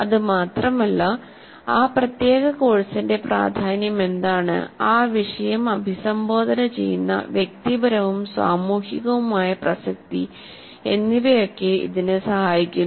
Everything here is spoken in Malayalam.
അത് മാത്രമല്ല ആ പ്രത്യേക കോഴ്സിന്റെ പ്രാധാന്യം എന്താണ് ആ വിഷയം അഭിസംബോധന ചെയ്യുന്ന വ്യക്തിപരവും സാമൂഹികവുമായ പ്രസക്തി എന്നിവയൊക്കെ ഇതിനെ സഹായിക്കുന്നു